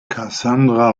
cassandra